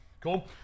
Cool